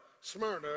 Smyrna